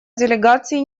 делегации